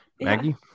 maggie